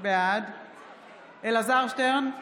בעד אלעזר שטרן,